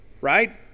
right